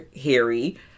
Harry